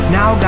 Now